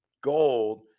gold